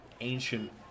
ancient